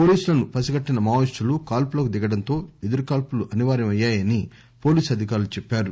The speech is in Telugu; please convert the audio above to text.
పోలీసులను పసికట్టిన మావోయిస్టులు కాల్పులకు దిగడంతో ఎదురు కాల్పులు అనివార్యమయ్యాని పోలీసు అధికారులు చెప్పారు